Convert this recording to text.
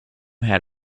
had